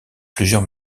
plusieurs